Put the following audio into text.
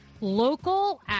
local